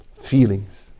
feelings